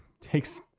takes